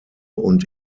und